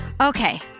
Okay